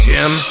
Jim